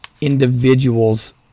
individuals